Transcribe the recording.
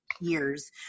years